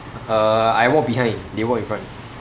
uh I walk behind they walk in front